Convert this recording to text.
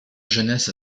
jeunesse